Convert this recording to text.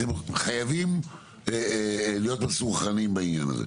אתם חייבים להיות מסונכרנים בעניין הזה.